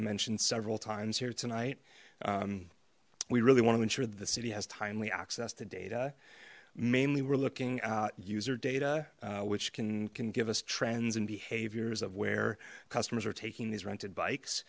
mentioned several times here tonight we really want to ensure that the city has timely access to data mainly we're looking at user data which can can give us trends and behaviors of where customers are taking these rented bikes